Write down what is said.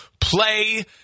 play